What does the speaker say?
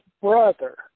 brother